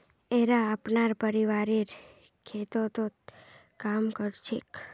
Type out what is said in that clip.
येरा अपनार परिवारेर खेततत् काम कर छेक